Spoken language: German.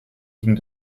ging